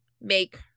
make